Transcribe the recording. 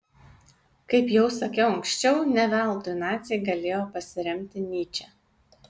kaip jau sakiau anksčiau ne veltui naciai galėjo pasiremti nyče